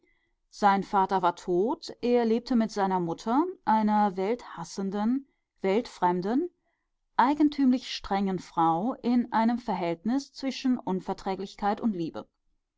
sein vater war tot er lebte mit seiner mutter einer welthassenden weltfremden eigentümlich strengen frau in einem verhältnis zwischen unverträglichkeit und liebe